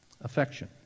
Affection